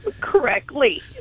correctly